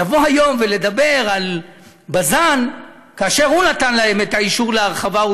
לבוא היום ולדבר על בז"ן כאשר הוא נתן להם את האישור להרחבה,